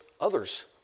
others